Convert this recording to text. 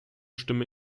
stimme